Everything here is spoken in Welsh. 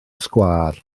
sgwâr